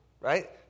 Right